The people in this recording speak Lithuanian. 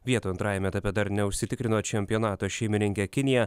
vietų antrajame etape dar neužsitikrino čempionato šeimininkė kinija